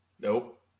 Nope